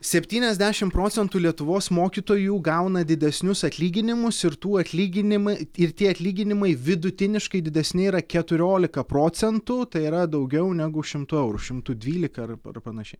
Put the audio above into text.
septyniasdešimt procentų lietuvos mokytojų gauna didesnius atlyginimus ir tų atlyginimai ir tie atlyginimai vidutiniškai didesni yra keturiolika procentų tai yra daugiau negu šimtu eurų šimtu dvylika ar ar panašiai